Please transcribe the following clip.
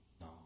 No